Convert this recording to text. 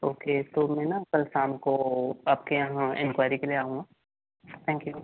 okay तो मैं ना कल शाम को आपके यहाँ एन्क्वायरी के लिए आऊँगा थैंक यू